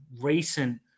recent